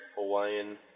Hawaiian